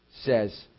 says